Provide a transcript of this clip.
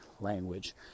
language